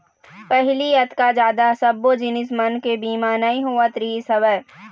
पहिली अतका जादा सब्बो जिनिस मन के बीमा नइ होवत रिहिस हवय